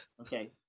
Okay